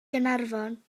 gaernarfon